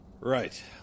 Right